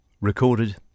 recorded